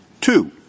Two